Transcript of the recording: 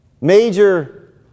Major